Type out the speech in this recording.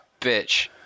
bitch